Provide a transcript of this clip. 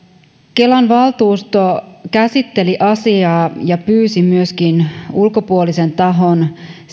kelan valtuusto käsitteli asiaa ja pyysi asiasta myöskin ulkopuolisen tahon